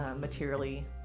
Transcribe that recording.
materially